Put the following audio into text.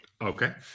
Okay